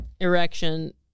erection